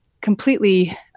completely